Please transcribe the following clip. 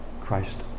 Christ